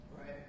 right